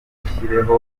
dushyiraho